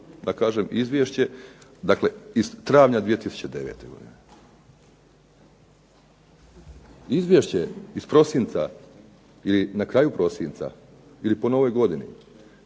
da kažem izvješće, dakle iz travnja 2009. godine. Izvješće iz prosinca, ili na kraju prosinca ili po novoj godini